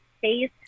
phase